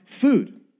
food